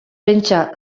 pentsa